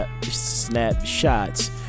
snapshots